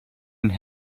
and